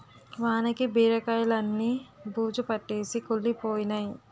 వానకి బీరకాయిలన్నీ బూజుపట్టేసి కుళ్లిపోయినై